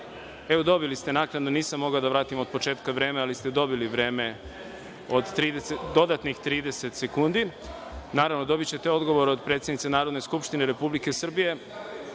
dobili ste naknadno, nisam mogao da vratim od početka vreme, ali ste dobili dodatnih 30 sekundi. Dobićete odgovor od predsednice Narodne skupštine Republike Srbije. Želim